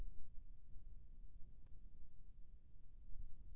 गेंदा के फूल ला कोन समय मा लगाना चाही?